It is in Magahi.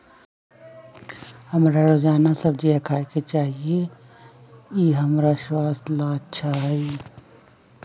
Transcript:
हमरा रोजाना सब्जिया खाय के चाहिए ई हमर स्वास्थ्य ला अच्छा हई